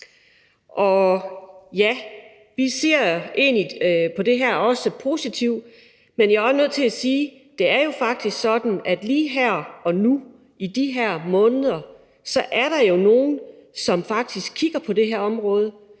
Og ja, vi ser egentlig positivt på det her, men jeg er også nødt til at sige, at det jo faktisk er sådan, at lige her og nu i de her måneder er der jo nogle, som faktisk kigger på det her område.